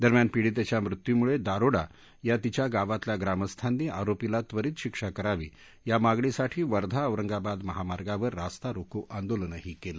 दरम्यान पिडीतेच्या मृत्यूमुळे दारोडा या तिच्या गावातल्या ग्रामस्थांनी आरोपीला त्वरीत शिक्षा करावी या मागणीसाठी वर्धा औरंगाबाद महामार्गावर रास्ता रोको आंदोलनही केलं